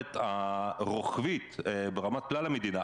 המסגרת הרוחבית ברמת כלל המדינה.